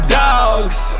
dogs